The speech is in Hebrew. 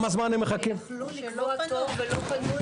יכלו לפנות ולא פנו.